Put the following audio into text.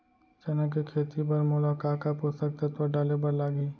चना के खेती बर मोला का का पोसक तत्व डाले बर लागही?